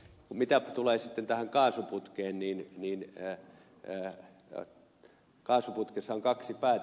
mitä tulee sitten tähän kaasuputkeen niin kaasuputkessa on kaksi päätä